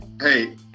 hey